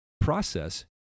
process